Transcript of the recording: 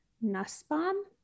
Nussbaum